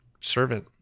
servant